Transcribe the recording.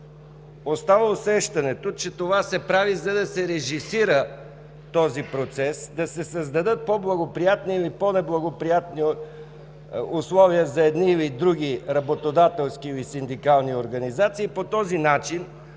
Остава усещането, че това се прави, за да се режисира този процес, да се създадат по-благоприятни или по-неблагоприятни условия за едни или други работодателски или синдикални организации и по този начин